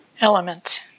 element